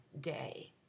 Day